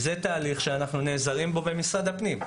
זה תהליך שלגביו אנחנו נעזרים במשרד הפנים.